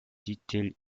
detail